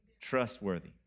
trustworthy